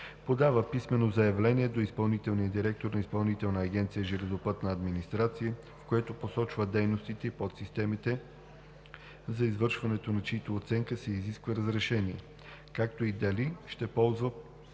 подава писмено заявление до изпълнителния директор на Изпълнителна агенция „Железопътна администрация“, в което посочва дейностите и подсистемите, за извършването на чиято оценка се иска разрешение, както и дали ще ползва